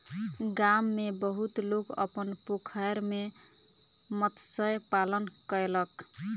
गाम में बहुत लोक अपन पोखैर में मत्स्य पालन कयलक